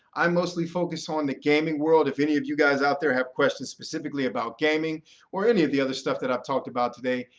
i mostly focus on the gaming world. if any of you guys out there have questions specifically about gaming or any of the other stuff that i've talked about today,